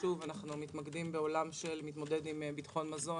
אנחנו מתמקדים בעולם שמתמודד עם ביטחון מזון,